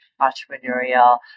entrepreneurial